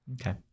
Okay